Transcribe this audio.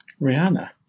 Rihanna